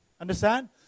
Understand